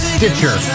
Stitcher